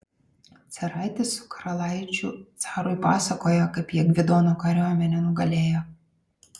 caraitis su karalaičiu carui pasakoja kaip jie gvidono kariuomenę nugalėjo